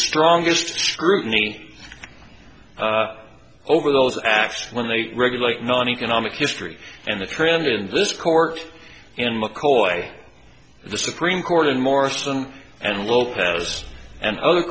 strongest scrutiny over those acts when they regulate non economic history and the trend in this court in mccoy the supreme court in morrison and lopez and other